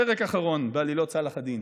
פרק האחרון בעלילות צלאח א-דין,